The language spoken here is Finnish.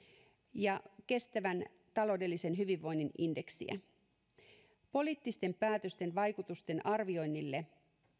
ja kestävän taloudellisen hyvinvoinnin indeksiä ennakoinnin kehittämiseksi poliittisten päätösten vaikutusten arvioinnille